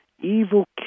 Evil